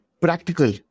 practical